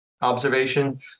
observation